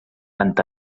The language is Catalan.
tant